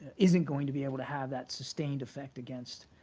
isn't going to be able to have that sustained effect against